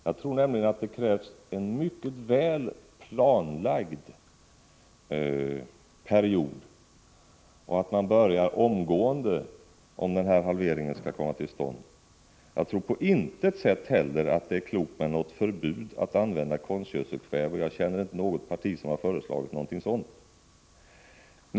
Jag tror nämligen att det krävs en mycket väl planlagd period och att man börjar omgående, om denna halvering skall komma till stånd. Det är enligt min mening på intet sätt klokt med ett förbud mot användning av konstgödselkväve — och jag känner inte till något parti som har föreslagit ett sådant förbud.